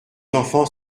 enfants